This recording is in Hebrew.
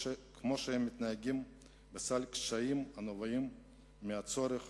שהם מתנהגים בשל קשיים הנובעים מהצורך